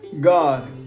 God